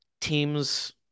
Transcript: team's